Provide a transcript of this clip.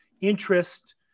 interest